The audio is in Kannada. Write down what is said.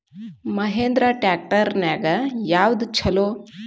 ಮಹೇಂದ್ರಾ ಟ್ರ್ಯಾಕ್ಟರ್ ನ್ಯಾಗ ಯಾವ್ದ ಛಲೋ?